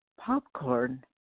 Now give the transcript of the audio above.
popcorn